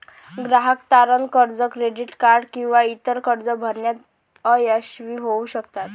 ग्राहक तारण कर्ज, क्रेडिट कार्ड किंवा इतर कर्जे भरण्यात अयशस्वी होऊ शकतात